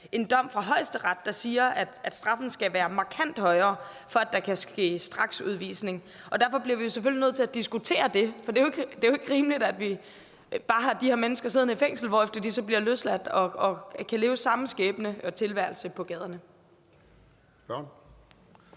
en dom fra Højesteret, der siger, at straffen skal være markant højere, for at der kan ske straksudvisning. Derfor bliver vi selvfølgelig nødt til at diskutere det, for det er jo ikke rimeligt, at vi bare har de her mennesker siddende i fængsel, hvorefter de så bliver løsladt og kan leve samme tilværelse på gaderne.